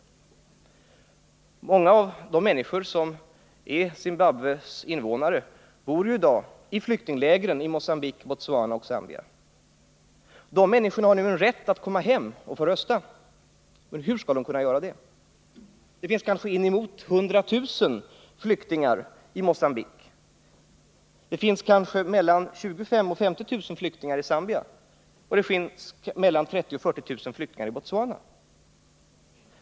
Många 18 december 1979 av de människor som är Zimbabwes invånare bor i dag i flyktingläger i Mogambique, Botswana och Zambia. Dessa människor har en rätt att Ökat stöd till komma hem och få rösta, men hur skall de kunna göra det? Det finns ju befrielsekampen inemot 100 000 flyktingar i Mogambique. Det finns kanske mellan 25 000 och —; Södra Afrika 50 000 flyktingar i Zambia och mellan 30 000 och 40 000 i Botswana.